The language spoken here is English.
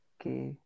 Okay